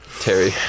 Terry